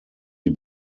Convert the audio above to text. die